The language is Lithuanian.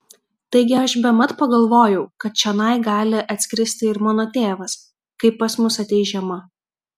taigi aš bemat pagalvojau kad čionai gali atskristi ir mano tėvas kai pas mus ateis žiema